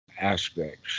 aspects